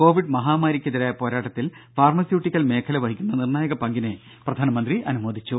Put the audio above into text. Covid മഹാമാരിക്കെതിരായ പോരാട്ടത്തിൽ pharmaceutical മേഖല വഹിക്കുന്ന നിർണ്ണായക പങ്കിനെ പ്രധാനമന്ത്രി അനുമോദിച്ചു